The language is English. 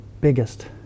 biggest